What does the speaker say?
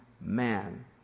man